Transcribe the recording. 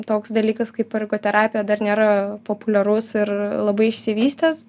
toks dalykas kaip ergoterapija dar nėra populiarus ir labai išsivystęs